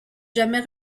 jamais